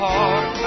Heart